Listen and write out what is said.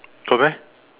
got meh